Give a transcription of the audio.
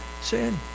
sin